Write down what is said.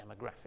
demographic